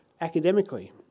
academically